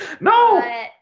No